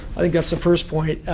i think that's the first point.